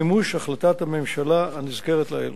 למימוש החלטת הממשלה הנזכרת לעיל.